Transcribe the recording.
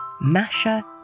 Masha